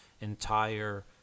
entire